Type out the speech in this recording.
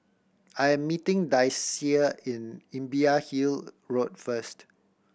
I am meeting Daisye in Imbiah Hill Road first